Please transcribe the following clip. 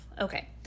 okay